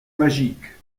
magique